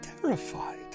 terrified